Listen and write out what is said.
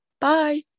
Bye